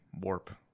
warp